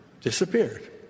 disappeared